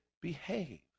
behave